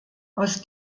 aus